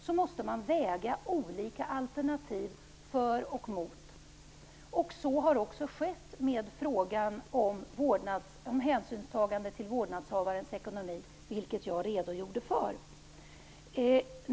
Då måste man också väga olika alternativ för och emot. Så har också skett i frågan om hänsynstagandet till vårdnadshavarens ekonomi, vilket jag redogjort för.